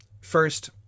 First